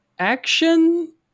action